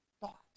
thought